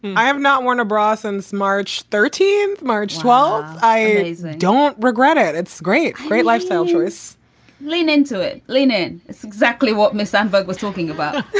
i have not warner bros. since march thirteenth, march twelve. i don't regret it. it's great. great lifestyle choice lean into it. lean in. it's exactly what miss sandberg was talking about.